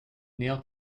nail